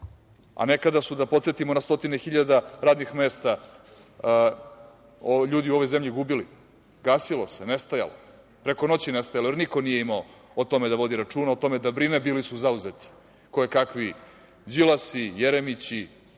Nekada su, da podsetim, stotine hiljada radnih mesta ljudi u ovoj zemlji gubili, gasilo se, nestajalo, preko noći nestajalo, jer niko nije imao o tome da vodi računa, o tome da brine, bili su zauzeti, kojekakvi Đilasi, Jeremići,